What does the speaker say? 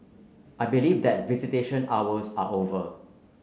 I believe that visitation hours are over